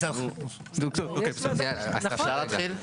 אפשר להתחיל?